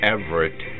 Everett